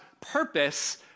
purpose